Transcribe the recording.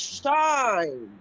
shine